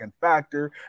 factor